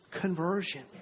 conversion